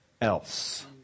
else